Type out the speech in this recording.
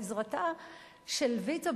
בעזרתה של ויצו,